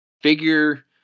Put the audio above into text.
figure